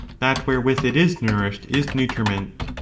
that wherewith it is nourished is nutriment.